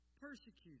persecuted